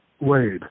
Wade